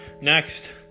Next